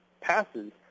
passes